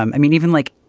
um i mean, even like,